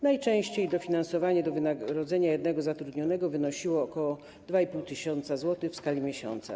Najczęściej dofinansowanie do wynagrodzenia jednego zatrudnionego wynosiło ok. 2,5 tys. zł w skali miesiąca.